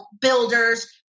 builders